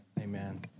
Amen